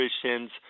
Christians